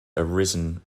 arisen